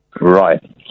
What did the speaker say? Right